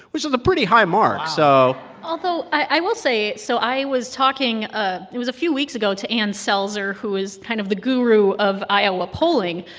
which is a pretty high mark. so. wow although, i will say so i was talking ah it was a few weeks ago to ann selzer, who is kind of the guru of iowa polling.